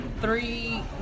three